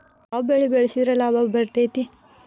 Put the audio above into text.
ಯಾವ ಬೆಳಿ ಬೆಳ್ಸಿದ್ರ ಲಾಭ ಬರತೇತಿ?